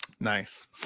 nice